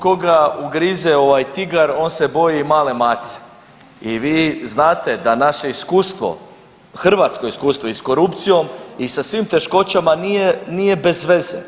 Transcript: Koga ugrize tigar on se boji i male mace i vi znate da naše iskustvo, hrvatsko iskustvo i s korupcijom i sa svim teškoćama nije bezveze.